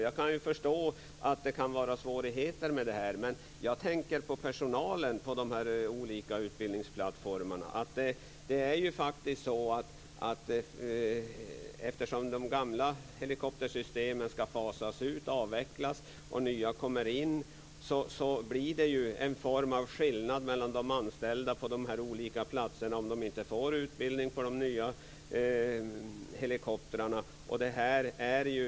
Jag kan förstå att det kan vara svårigheter förenade med detta, men jag tänker på personalen på dessa utbildningsplattformar. Eftersom de gamla helikoptersystemen ska fasas ut och nya ska komma in, blir det en skillnad mellan de anställda på den plats som inte får utbildning på de nya helikoptrarna och de övriga anställda.